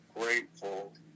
grateful